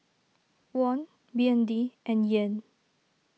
Won B N D and Yen